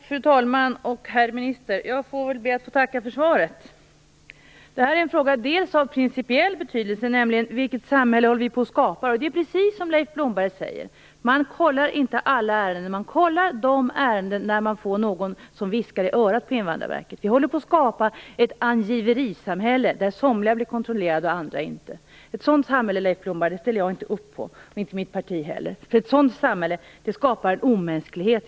Fru talman! Herr minister! Jag ber att få tacka för svaret. Det här är en fråga av principiell betydelse. Det handlar om vilket samhälle vi håller på att skapa. Det är precis så som Leif Blomberg säger: Invandrarverket kollar inte alla ärenden, utan man kollar de ärenden där man har någon som viskar i örat. Vi håller på att skapa ett angiverisamhälle, där somliga blir kontrollerade och andra inte. Ett sådant samhälle, Leif Blomberg, ställer jag inte upp på, och det gör inte mitt parti heller. Ett sådant samhälle skapar i längden omänsklighet.